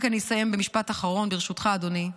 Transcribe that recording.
אני רק אסיים במשפט אחרון ברשותך, אדוני.